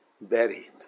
buried